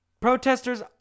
Protesters